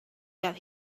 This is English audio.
that